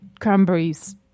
cranberries